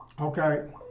Okay